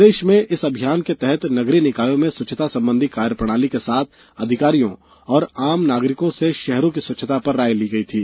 प्रदेष में इस अभियान के तहत नगरीय निकायों की स्वच्छता संबंधी कार्यप्रणाली के साथ अधिकारियों और आम नागरिकों से षहरों की स्वच्छता पर राय ली गयी थी